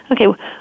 Okay